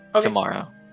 Tomorrow